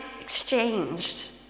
exchanged